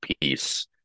peace